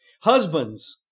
Husbands